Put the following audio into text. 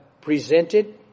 presented